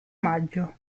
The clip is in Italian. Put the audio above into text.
maggio